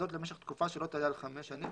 וזאת למשך תקופה שלא תעלה על חמש שנים,